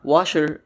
Washer